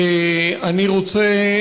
אני רוצה,